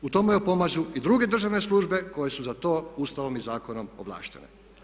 U tomu joj pomažu i druge državne službe koje su za to Ustavom i zakonom ovlaštene.